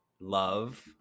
love